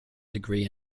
degree